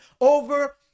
over